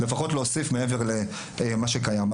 לפחות להוסיף מעבר למה שקיים.